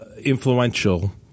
influential